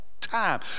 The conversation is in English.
time